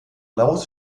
blaues